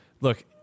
Look